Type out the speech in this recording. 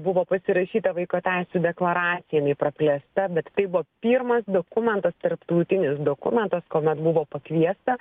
buvo pasirašyta vaiko teisių deklaracija jinai praplėsta bet tai buvo pirmas dokumentas tarptautinis dokumentas kuomet buvo pakviesta